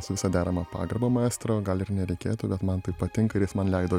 su visa derama pagarba maestro gal ir nereikėtų bet man tai patinka ir jis man leido